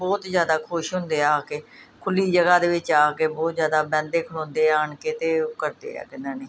ਬਹੁਤ ਜ਼ਿਆਦਾ ਖੁਸ਼ ਹੁੰਦੇ ਹੈ ਆ ਕੇ ਖੁੱਲ੍ਹੀ ਜਗ੍ਹਾ ਦੇ ਵਿੱਚ ਆ ਕੇ ਬਹੁਤ ਜ਼ਿਆਦਾ ਬਹਿੰਦੇ ਖਲੋਂਦੇ ਆਣ ਕੇ ਅਤੇ ਉਹ ਕਰਦੇ ਆ ਕਿੰਨਾ ਨਹੀਂ